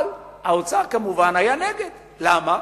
אבל האוצר כמובן היה נגד, למה?